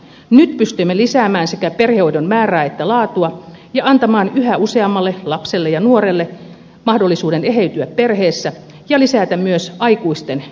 nyt pystymme lisäämään sekä perhehoidon määrää että laatua ja antamaan yhä useammalle lapselle ja nuorelle mahdollisuuden eheytyä perheessä ja lisätä myös aikuisten perhehoitoa